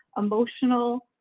emotional,